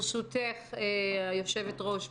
ברשותך, היושבת-ראש.